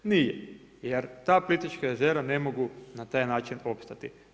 Nije jer ta Plitvička jezera ne mogu na taj način opstati.